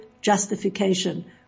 justification